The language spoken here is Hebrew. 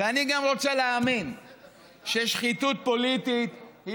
ואני גם רוצה להאמין ששחיתות פוליטית היא